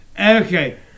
Okay